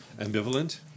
Ambivalent